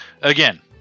again